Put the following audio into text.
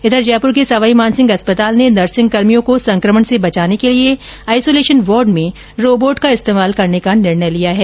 इधर जयपुर के सवाईमानसिंह अस्पताल ने नर्सिगकर्मियों को संक्रमण से बचाने के लिए आइसोलेशन वार्ड में रोबोट का इस्तेमाल करने का निर्णय लिया है